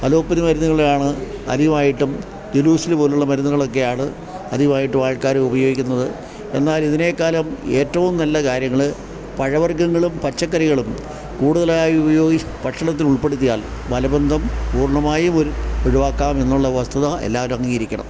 allopathy മരുന്നുകളാണ് അധികമായിട്ടും Gelusil പോലുള്ള മരുന്നുകളെക്കെ ആണ് അധികം ആയിട്ടും ആൾക്കാർ ഉപയോഗിക്കുന്നത് എന്നാലിതിനേക്കാളും ഏറ്റവും നല്ല കാര്യങ്ങൾ പഴവർഗ്ഗങ്ങളും പച്ചക്കറികളും കൂട്തലായി ഉപയോഗിക്കുക ഭക്ഷണത്തിൽ ഉൾപ്പെടുത്തിയാൽ മലബന്ധം പൂർണ്ണമായും ഒരു ഒഴിവാക്കാം എന്നുള്ള വസ്തുത എല്ലാവരും അംഗീകരിക്കണം